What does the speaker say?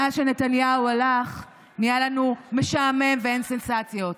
מאז שנתניהו הלך נהיה לנו משעמם ואין סנסציות.